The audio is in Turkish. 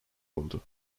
oldu